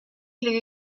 les